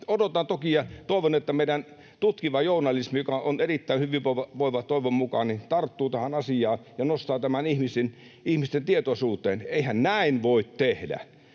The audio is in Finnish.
Odotan toki ja toivon, että meidän tutkiva journalismi, joka on erittäin hyvinvoiva toivon mukaan, tarttuu tähän asiaan ja nostaa tämän ihmisten tietoisuuteen. Eihän näin voi tehdä.